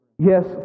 Yes